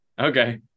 Okay